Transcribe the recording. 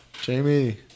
Jamie